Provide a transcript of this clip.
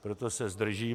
Proto se zdržíme.